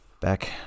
back